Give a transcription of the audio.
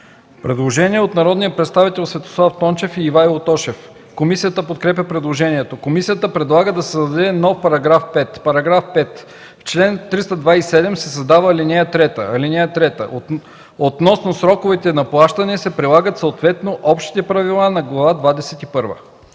Предложение от народните представители Светослав Тончев и Ивайло Тошев. Комисията подкрепя предложението. Комисията предлага да се създаде нов § 5: „§ 5. В чл. 327 се създава ал. 3: „(3) Относно сроковете на плащане се прилагат съответно общите правила на Глава